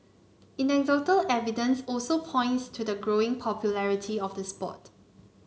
anecdotal evidence also points to the growing popularity of the sport